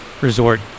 resort